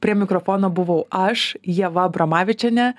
prie mikrofono buvau aš ieva abramavičienė